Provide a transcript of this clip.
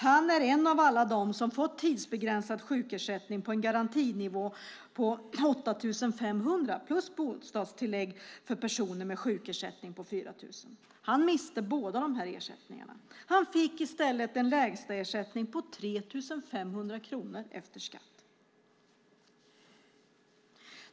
Han är en av alla dem som fått tidsbegränsad sjukersättning på garantinivån 8 500 kronor samt bostadstillägg på 4 000 kronor för personer med sjukersättning. Han miste båda dessa ersättningar. Han fick i stället en lägstaersättning på 3 500 kronor efter skatt.